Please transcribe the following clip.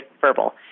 verbal